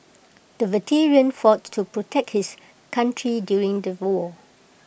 the veteran fought to protect his country during the war